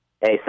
Hey